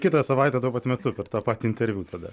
kitą savaitę tuo pat metu per tą patį interviu tada